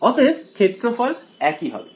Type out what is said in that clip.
অতএব ক্ষেত্রফল একই হবে